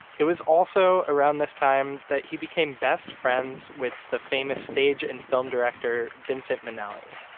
it was also around this time that he became best friends with the famous stage and film director, vincent minnelli.